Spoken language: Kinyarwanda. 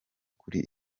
kuri